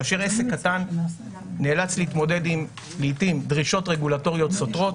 כאשר עסק קטן נאלץ להתמודד לעיתים עם דרישות רגולטוריות סותרות,